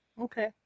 Okay